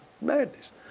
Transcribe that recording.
Madness